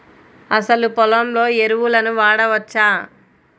అసలు పొలంలో ఎరువులను వాడవచ్చా?